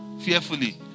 Fearfully